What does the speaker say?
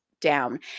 down